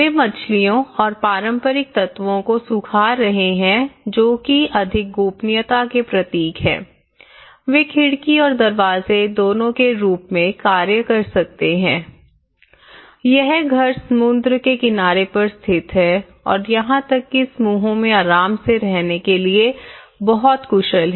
वे मछलियों और पारंपरिक तत्वों को सुखा रहे हैं जो कि अधिक गोपनीयता के प्रतीक हैं वे खिड़की और दरवाजे दोनों के रूप में कार्य कर सकते हैं यह घर समुद्र के किनारे पर स्थित है और यहां तक कि समूहों में आराम से रहने के लिए बहुत कुशल है